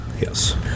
Yes